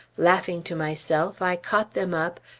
laughing to myself, i caught them up,